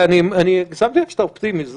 שמתי לב שאתה אופטימי,